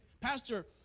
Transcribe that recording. Pastor